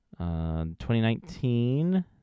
2019